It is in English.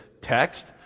text